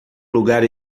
lugar